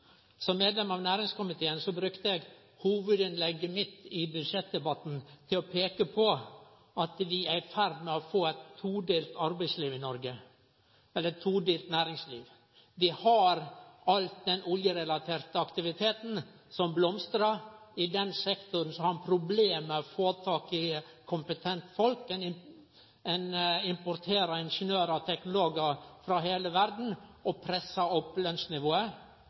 Som medlem av næringskomiteen brukte eg hovudinnlegget mitt i budsjettdebatten til å peike på at vi er i ferd med å få eit todelt næringsliv i Noreg. Vi har den oljerelaterte aktiviteten som blomstrar. I den sektoren har ein problem med å få tak i kompetente folk. Ein importerer ingeniørar og teknologar frå heile verda og pressar opp